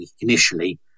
initially